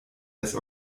des